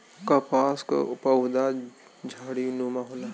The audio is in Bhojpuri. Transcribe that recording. कपास क पउधा झाड़ीनुमा होला